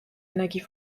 energie